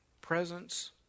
presence